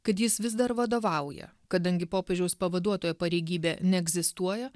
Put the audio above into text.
kad jis vis dar vadovauja kadangi popiežiaus pavaduotojo pareigybė neegzistuoja